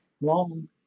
long